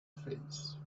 face